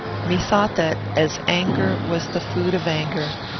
methought that, as anger was the food of anger,